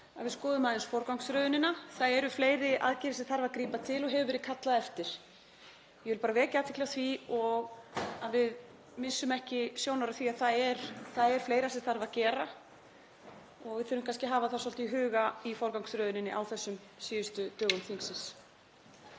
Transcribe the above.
að við skoðum aðeins forgangsröðunina. Það eru fleiri aðgerðir sem þarf að grípa til og hefur verið kallað eftir. Ég vil bara vekja athygli á því og að við missum ekki sjónar á því að það er fleira sem þarf að gera. Við þurfum kannski að hafa það svolítið í huga í forgangsröðuninni á þessum síðustu dögum þingsins.